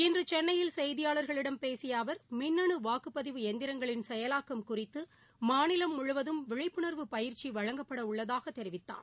இன்று சென்னையில் செய்தியாளர்களிடம் பேசிய அவர் மின்னனு வாக்குப்பதிவு எந்திரங்களின் செயலாக்கம் குறித்து மாநிலம் முழுவதும் விழிப்புணர்வு பயிற்சி வழங்கப்பட உள்ளதாகத் தெரிவித்தார்